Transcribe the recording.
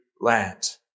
land